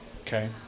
Okay